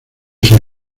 ser